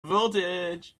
voltage